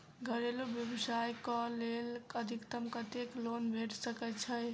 घरेलू व्यवसाय कऽ लेल अधिकतम कत्तेक लोन भेट सकय छई?